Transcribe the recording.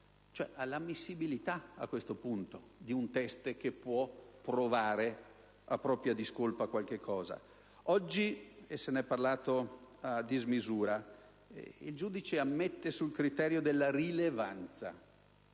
all'ammissibilità di un teste che possa provare a propria discolpa qualcosa. Oggi, e se ne è parlato a dismisura, il giudice ammette un teste sul criterio della rilevanza.